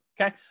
okay